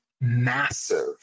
massive